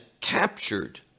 captured